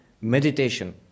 meditation